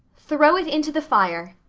throw it into the fire,